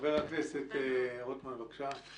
חבר הכנסת רוטמן, בבקשה.